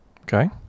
Okay